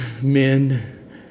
men